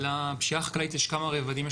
לפשיעה החקלאית יש כמה רבדים.